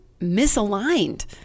misaligned